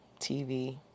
TV